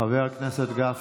מה עם המעונות?